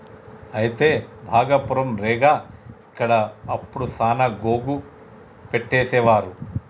అయితే భాగపురం రేగ ఇక్కడ అప్పుడు సాన గోగు పట్టేసేవారు